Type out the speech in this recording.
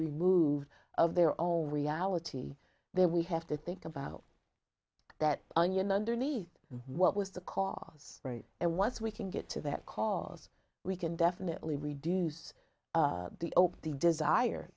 removed of their own reality there we have to think about that onion underneath what was the cause and once we can get to that cause we can definitely reduce the oped the desire